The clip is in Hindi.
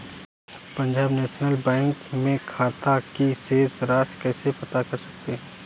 पंजाब नेशनल बैंक में खाते की शेष राशि को कैसे पता कर सकते हैं?